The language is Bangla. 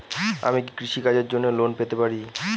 আমি কি কৃষি কাজের জন্য লোন পেতে পারি?